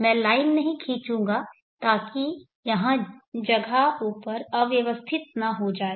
मैं लाइन नहीं खींचूंगा ताकि यह जगह ऊपर अव्यवस्थित न हो जाए